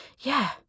Yeah